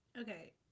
Okay